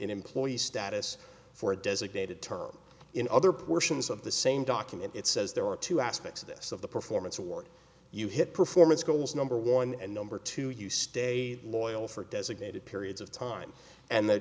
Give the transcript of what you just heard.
employee status for a designated term in other portions of the same document it says there are two aspects of this of the performance award you hit performance goals number one and number two you stay loyal for designated periods of time and the